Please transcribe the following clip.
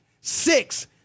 six